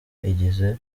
igize